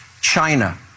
China